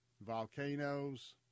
volcanoes